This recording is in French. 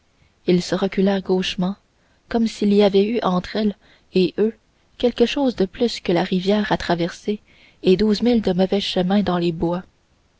ils se reculèrent gauchement comme s'il y avait eu entre elle et eux quelque chose de plus que la rivière à traverser et douze milles de mauvais chemins dans les bois